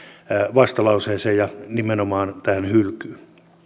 vastalauseeseen ja nimenomaan tähän hylkyyn